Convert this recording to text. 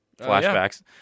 Flashbacks